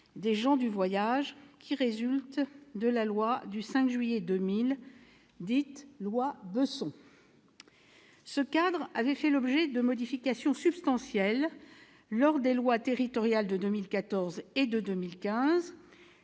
des gens du voyage qui résulte de la loi du 5 juillet 2000, dite « loi Besson ». Ce cadre avait fait l'objet de modifications substantielles au travers des lois territoriales de 2014 et de 2015,